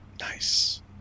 Nice